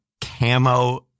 camo